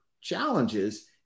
challenges